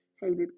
hated